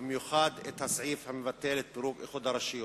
ובמיוחד את הסעיף המבטל את פירוק איחוד הרשויות.